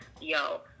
yo